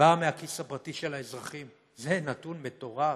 באה מהכיס הפרטי של האזרחים, זה נתון מטורף,